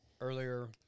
earlier